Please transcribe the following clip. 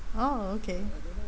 oh okay